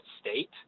state